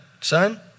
son